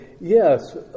Yes